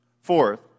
Fourth